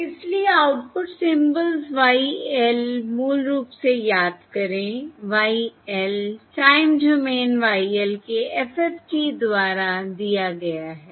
इसलिए output symbols Y l मूल रूप से याद करें Y l time domain y l के FFT द्वारा दिया गया है